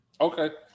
Okay